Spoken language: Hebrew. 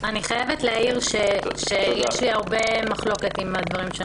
אני חייבת להעיר שיש לי הרבה מחלוקת עם הדברים שנאמרו.